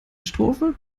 strophe